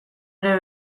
ere